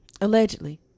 Allegedly